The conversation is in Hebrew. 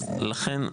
לכן,